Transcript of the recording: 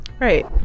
Right